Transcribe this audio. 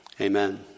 Amen